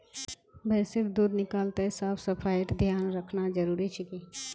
भैंसेर दूध निकलाते साफ सफाईर ध्यान रखना जरूरी छिके